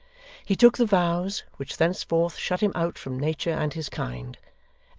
he took the vows which thenceforth shut him out from nature and his kind,